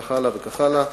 וכך הלאה, וכך הלאה.